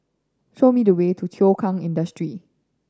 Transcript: show me the way to Thow Kwang Industry